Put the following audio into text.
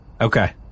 Okay